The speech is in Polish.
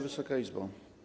Wysoka Izbo!